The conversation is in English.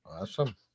Awesome